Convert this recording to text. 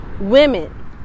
women